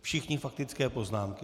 Všichni faktické poznámky.